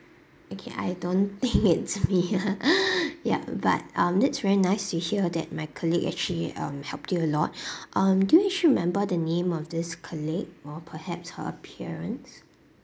okay I don't think is me yup but um that's very nice to hear that my colleague actually um helped you lot um do you actually remember the name of this colleague or perhaps her appearance